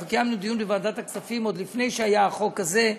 אנחנו קיימנו דיון בוועדת הכספים עוד לפני שהיה החוק הזה,